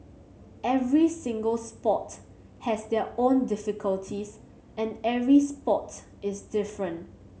every single sport has their own difficulties and every sport is different